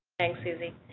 thanks, suzy.